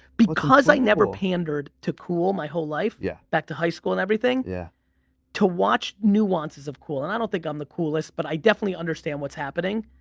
because i never pandered to cool my whole life, yeah back to high school and everything, yeah to watch nuances of cool. and i don't think i'm the coolest but i definitely understand what's happening.